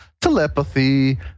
telepathy